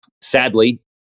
Sadly